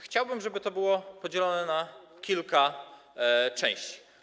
Chciałbym, żeby to było podzielone na kilka części.